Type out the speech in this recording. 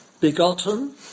begotten